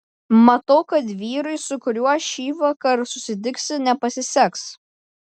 matau kad vyrui su kuriuo šįvakar susitiksi nepasiseks